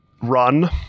run